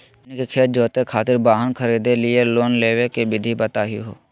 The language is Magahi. हमनी के खेत जोते खातीर वाहन खरीदे लिये लोन लेवे के विधि बताही हो?